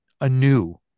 anew